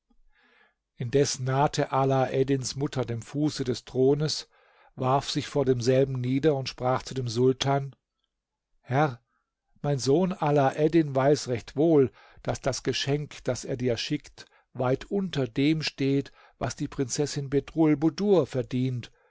indes nahte alaeddins mutter dem fuße des thrones warf sich vor demselben nieder und sprach zu dem sultan herr mein sohn alaeddin weiß recht wohl daß das geschenk das er dir schickt weit unter dem steht was die prinzessin bedrulbudur verdient